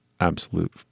absolute